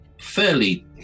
fairly